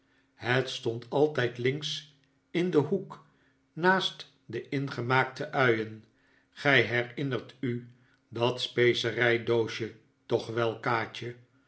het stond altijd links in den hoek naast de ingemaakte uien gij herinnert u dat specerijdoosje toch wel kaatje